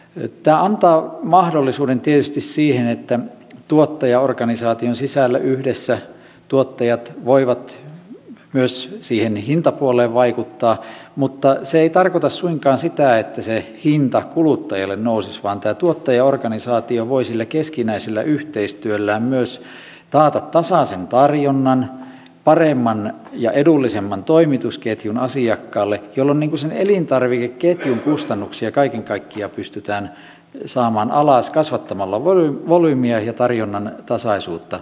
tämä antaa mahdollisuuden tietysti siihen että tuottajaorganisaation sisällä yhdessä tuottajat voivat myös siihen hintapuoleen vaikuttaa mutta se ei tarkoita suinkaan sitä että se hinta kuluttajille nousisi vaan tämä tuottajaorganisaatio voi sillä keskinäisellä yhteistyöllään myös taata tasaisen tarjonnan paremman ja edullisemman toimitusketjun asiakkaalle jolloin sen elintarvikeketjun kustannuksia kaiken kaikkiaan pystymään saamaan alas kasvattamalla volyymiä ja lisäämällä tarjonnan tasaisuutta